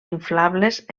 inflables